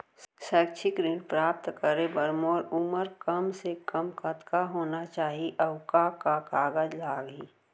शैक्षिक ऋण प्राप्त करे बर मोर उमर कम से कम कतका होना चाहि, अऊ का का कागज लागही?